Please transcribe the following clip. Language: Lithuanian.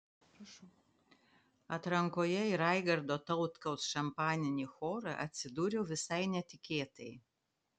atrankoje į raigardo tautkaus šampaninį chorą atsidūriau visai netikėtai